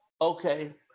okay